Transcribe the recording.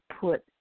put